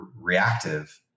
reactive